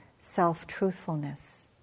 self-truthfulness